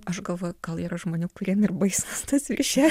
aš galvoju gal yra žmonių kuriem ir baisus tas viršelis